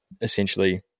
essentially